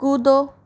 कूदो